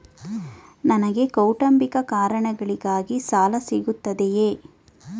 ನನಗೆ ಕೌಟುಂಬಿಕ ಕಾರಣಗಳಿಗಾಗಿ ಸಾಲ ಸಿಗುತ್ತದೆಯೇ?